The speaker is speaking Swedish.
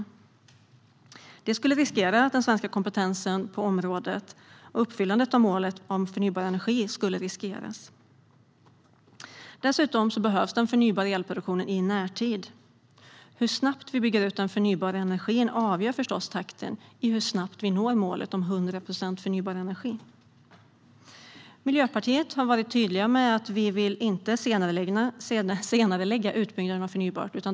Detta skulle riskera den svenska kompetensen på området, och även uppfyllandet av målet om förnybar energi skulle riskeras. Dessutom behövs den förnybara elproduktionen i närtid. Hur snabbt vi bygger ut den förnybara energin avgör förstås takten i hur snabbt vi når målet om 100 procent förnybar energi. Miljöpartiet har varit tydliga med att vi inte vill senarelägga utbyggnaden av förnybart.